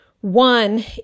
One